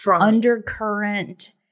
undercurrent